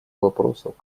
вопросов